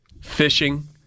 fishing